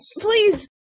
please